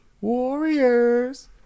Warriors